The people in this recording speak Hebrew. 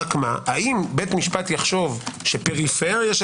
רק מה האם בית משפט יחשוב שפריפריה של